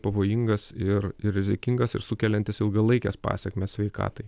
pavojingas ir ir rizikingas ir sukeliantis ilgalaikes pasekmes sveikatai